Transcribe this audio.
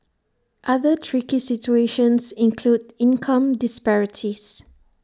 other tricky situations include income disparities